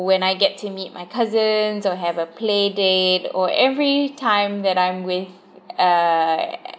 when I get to meet my cousins or have a play date or every time that I'm with err